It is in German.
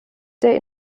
der